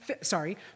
sorry